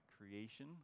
creation